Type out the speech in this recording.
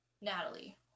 Natalie